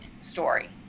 story